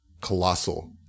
colossal